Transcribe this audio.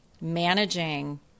managing